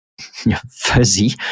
fuzzy